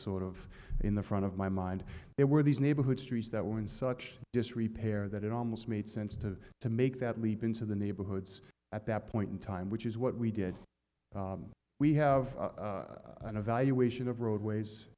sort of in the front of my mind there were these neighborhood streets that were in such disrepair that it almost made sense to to make that leap into the neighborhoods at that point in time which is what we did we have an evaluation of roadways